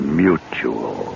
mutual